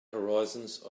horizons